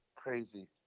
crazy